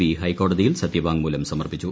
B ഹൈക്കോടതിയിൽ സത്യവാങ്മൂലം സമർപ്പിച്ചു